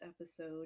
episode